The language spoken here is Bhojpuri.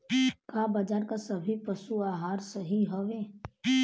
का बाजार क सभी पशु आहार सही हवें?